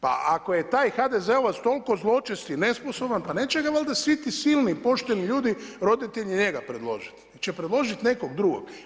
Pa ako je taj HDZ-ovac toliko zločest i nesposoban pa neće ga valjda svi ti silni i pošteni ljudi roditelji njega predložiti, nego će predložiti nekog drugog.